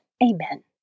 Amen